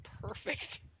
perfect